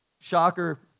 Shocker